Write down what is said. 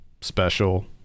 special